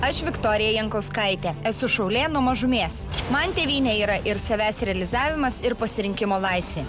aš viktorija jankauskaitė esu šaulė nuo mažumės man tėvynė yra ir savęs realizavimas ir pasirinkimo laisvė